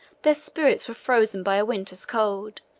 their spirits were frozen by a winter's cold,